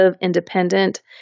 independent